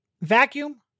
vacuum